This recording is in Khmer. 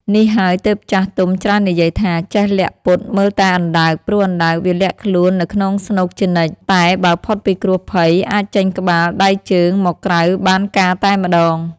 នេះហើយទើបចាស់ទុំច្រើននិយាយថា "ចេះលាក់ពុតមើលតែអណ្ដើក" ព្រោះអណ្ដើកវាលាក់ខ្លួននៅក្នុងស្នូកជានិច្ច តែបើផុតពីគ្រោះភ័យ អាចចេញក្បាល ដៃ ជើង មកក្រៅបានការតែម្តង។